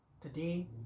today